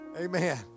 amen